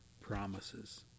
promises